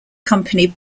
company